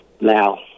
Now